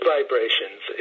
Vibrations